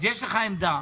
יש לך עמדה,